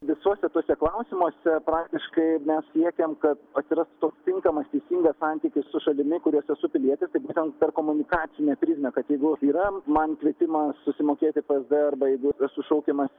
visuose tuose klausimuose praktiškai mes siekiam kad atsirastų toks tinkamas teisingas santykis su šalimi kurios esu pilietis tai būtent per komunikacinę prizmę kad jeigu yra man kvietimas susimokėti psd arba jeigu esu šaukiamas į